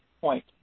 point